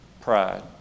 pride